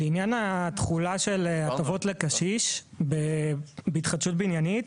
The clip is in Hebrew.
לעניין התחולה של ההטבות לקשיש בהתחדשות בניינית,